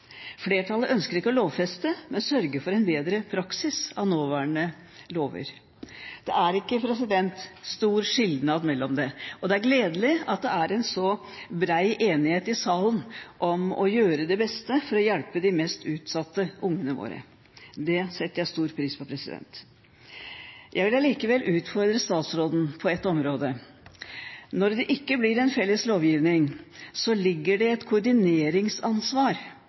Flertallet ønsker ikke å lovfeste, men sørge for en bedre praksis av nåværende lover. Det er ikke stor skilnad mellom det. Det er gledelig at det er en så bred enighet i salen om å gjøre det beste for å hjelpe de mest utsatte barna våre. Det setter jeg stor pris på. Jeg vil allikevel utfordre statsråden på ett område: Når det ikke blir en felles lovgivning, ligger det et koordineringsansvar